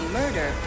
murder